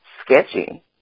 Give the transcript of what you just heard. sketchy